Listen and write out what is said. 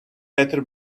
better